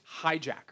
hijacker